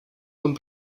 tom